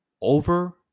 over